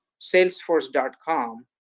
salesforce.com